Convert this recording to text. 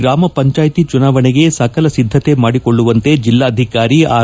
ಗ್ರಾಮ ಪಂಚಾಯಿತಿ ಚುನಾವಣೆಗೆ ಜಿಲ್ಲೆಯಲ್ಲಿ ಸಕಲ ಸಿದ್ಧತೆ ಮಾಡಿಕೊಳ್ಲುವಂತೆ ಜಿಲ್ಲಾಧಿಕಾರಿ ಆರ್